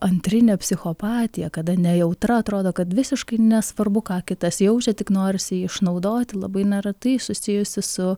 antrinė psichopatija kada nejautra atrodo kad visiškai nesvarbu ką kitas jaučia tik norisi jį išnaudoti labai neretai susijusi su